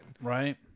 Right